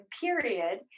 period